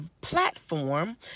platform